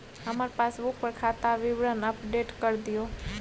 हमर पासबुक पर खाता विवरण अपडेट कर दियो